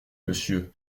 monsieur